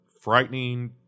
frightening